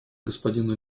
господину